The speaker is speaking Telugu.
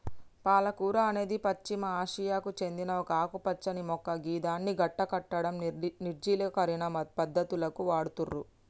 పాలకూర అనేది పశ్చిమ ఆసియాకు సేందిన ఒక ఆకుపచ్చని మొక్క గిదాన్ని గడ్డకట్టడం, నిర్జలీకరణ పద్ధతులకు వాడుతుర్రు